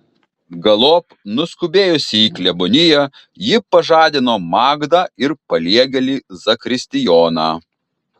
galop nuskubėjusi į kleboniją ji pažadino magdą ir paliegėlį zakristijoną